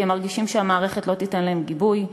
כי הם מרגישים שהמערכת לא תיתן להם גיבוי,